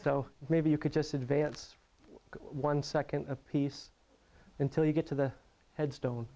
so maybe you could just advance one second a piece until you get to the headstone